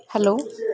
hello